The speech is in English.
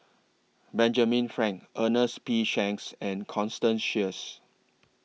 Benjamin Frank Ernest P Shanks and Constance Sheares